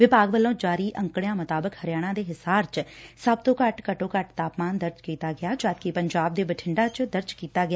ਵਿਭਾਗ ਵੱਲੋ' ਜਾਰੀ ਅੰਕੜਿਆ ਮੁਤਾਬਿਕ ਹਰਿਆਣਾ ਦੇ ਹਿਸਾਰ 'ਚ ਸਭ ਤੋ' ਘੱਟ ਘੱਟੋ ਘੱਟੋ ਤਾਪਮਾਨ ਦਰਜ ਕੀਤਾ ਗਿਆ ਜਦਕਿ ਪੰਜਾਬ ਦੇ ਬਠਿੰਡਾ ਚ ਦਰਜ਼ ਕੀਤਾ ਗਿਆ